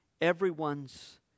everyone's